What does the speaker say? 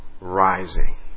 rising